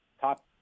top